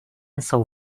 jsou